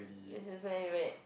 this is where where